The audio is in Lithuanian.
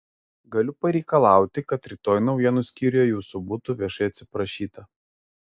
galiu pareikalauti kad rytoj naujienų skyriuje jūsų būtų viešai atsiprašyta